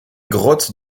grottes